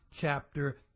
chapter